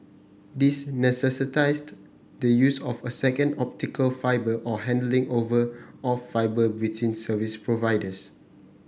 these necessitated the use of a second optical fibre or handing over of fibre between service providers